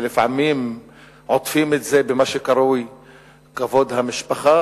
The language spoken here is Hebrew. כשלפעמים עוטפים את זה במה שקרוי "כבוד המשפחה".